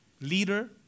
leader